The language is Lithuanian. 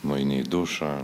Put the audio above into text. nueini į dušą